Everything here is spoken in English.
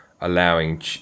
allowing